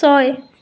ছয়